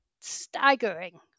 staggering